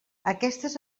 aquestes